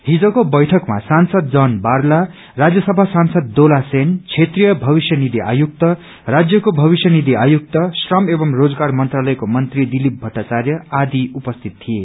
हिजको बैठकमा सांसद जन बारता राज्यसभा सांसद दोला सेन क्षेत्रीय भविष्य निषि आयुक्त राज्यको भविष्य निषि आयुक्त श्रम एवं रोजगार मन्त्रालयको मन्त्री दिलिप भट्टाचार्य आदि उपस्थित थिए